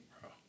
bro